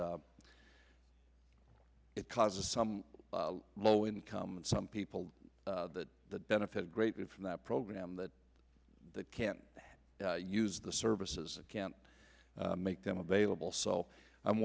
that it causes some low income and some people that the benefit greatly from that program that they can't use the services and can't make them available so i'm